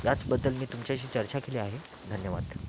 त्याचबद्दल मी तुमच्याशी चर्चा केली आहे धन्यवाद